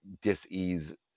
dis-ease